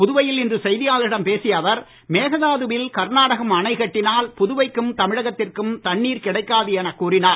புதுவையில் இன்று செய்தியாளர்களிடம் பேசிய அவர் மேகதாதுவில் கர்நாடகம் அணை கட்டினால் புதுவைக்கும் தமிழகத்திற்கும் தண்ணீர் கிடைக்காது எனக் கூறினார்